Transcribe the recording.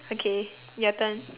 okay your turn